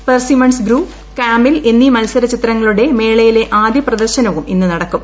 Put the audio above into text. persimmons Gru Camille എന്നീ മത്സ്ത്ര ചിത്രങ്ങളുടെ മേളയിലെ ആദ്യ പ്രദർശനവും ഇന്ന് നടക്കും